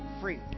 free